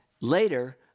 Later